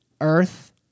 Earth